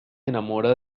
enamora